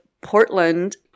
Portland